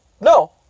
no